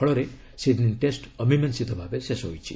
ଫଳରେ Sydney test ଅମୀମାଂସିତ ଭାବେ ଶେଷ ହୋଇଛି